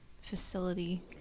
facility